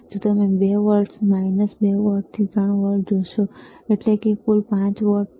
જો તમે 2 વોલ્ટથી 3 વોલ્ટ જોશોએટલે કે કુલ 5 વોલ્ટ છે